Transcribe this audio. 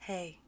Hey